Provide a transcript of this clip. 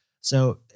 So-